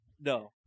No